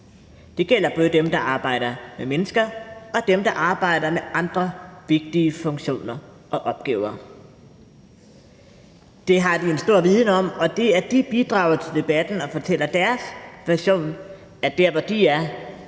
Det gælder både dem, der arbejder med mennesker, og dem, der arbejder med andre vigtige funktioner og opgaver. Det har de en stor viden om, og det, at de bidrager til debatten og fortæller deres version af dér, hvor de er,